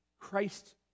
Christ